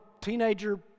teenager